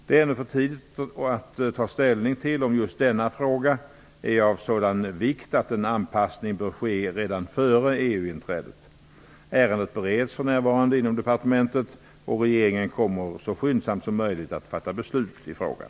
Det är ännu för tidigt att ta ställning till om just denna fråga är av sådan vikt att en anpassning bör ske redan före EU-inträdet. Ärendet bereds för närvarande inom departementet, och regeringen kommer så skyndsamt som möjligt att fatta beslut i frågan.